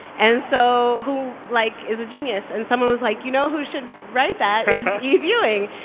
and so who, like, is a genius. and someone was like, you know who should write that. is eve ewing.